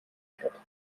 statt